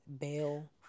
bail